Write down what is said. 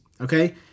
Okay